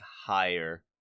higher